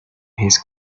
his